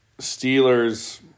Steelers